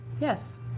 Yes